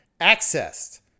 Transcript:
accessed